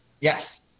Yes